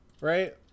Right